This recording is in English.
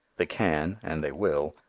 they can, and they will,